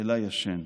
אלא ישן".